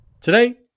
Today